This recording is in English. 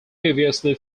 previously